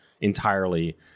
entirely